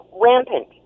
rampant